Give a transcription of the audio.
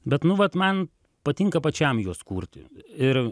bet nu vat man patinka pačiam juos kurti ir